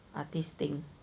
artist thing